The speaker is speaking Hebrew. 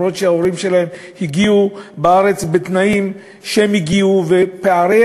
למרות שההורים שלהם הגיעו לארץ בתנאים שהם הגיעו ופערי